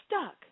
stuck